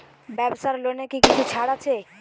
ব্যাবসার লোনে কি কিছু ছাড় আছে?